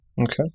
Okay